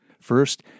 First